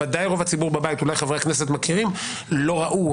ודאי רוב הציבור בבית אולי חברי כנסת מכירים לא ראו,